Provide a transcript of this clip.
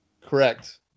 Correct